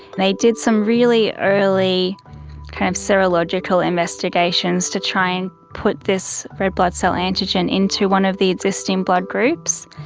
they did some really early kind of serological investigations to try and put this red blood cell antigen into one of the existing blood groups.